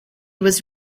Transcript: was